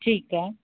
ठीकु आहे